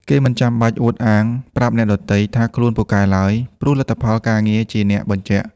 គេមិនចាំបាច់អួតអាងប្រាប់អ្នកដទៃថាខ្លួនពូកែឡើយ ព្រោះលទ្ធផលការងារជាអ្នកបញ្ជាក់។